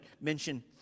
mention